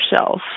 shelf